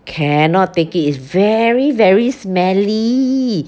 cannot take it is very very smelly